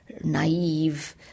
naive